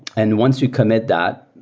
and once you commit that,